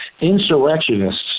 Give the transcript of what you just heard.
insurrectionists